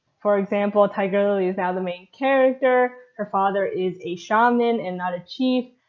for example, tiger lily is now the main character, her father is a shaman and not a chief,